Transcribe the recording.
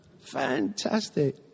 Fantastic